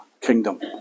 kingdom